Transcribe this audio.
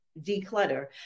declutter